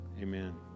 Amen